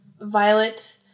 Violet